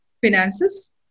finances